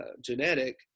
genetic